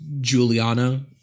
Juliana